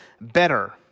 better